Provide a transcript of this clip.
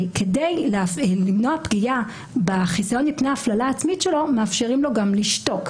כדי למנוע פגיעה בחיסיון מפני הפללה עצמית שלו מאפשרים לו גם לשתוק.